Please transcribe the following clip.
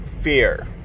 fear